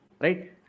Right